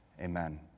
Amen